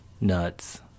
nuts